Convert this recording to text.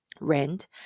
rent